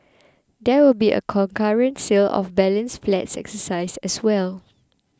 there will be a concurrent sale of balance flats exercise as well